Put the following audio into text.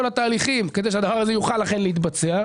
התהליכים כדי שהדבר הזה יוכל אכן להתבצע.